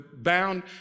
bound